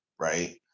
right